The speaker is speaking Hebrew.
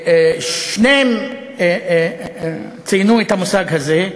שניהם ציינו את המושג הזה,